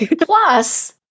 Plus